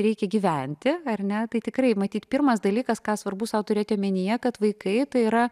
reikia gyventi ar ne tai tikrai matyt pirmas dalykas ką svarbu sau turėti omenyje kad vaikai tai yra